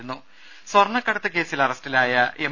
രേര സ്വർണക്കടത്ത് കേസിൽ അറസ്റ്റിലായ എം